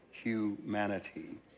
Humanity